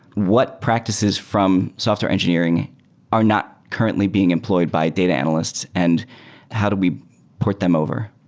what practices from software engineering are not currently being employed by data analysts and how do we port them over?